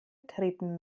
treten